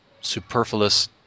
superfluous